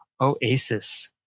oasis